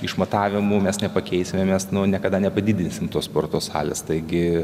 išmatavimų mes nepakeisime mes nu niekada nepadidinsim tos sporto salės taigi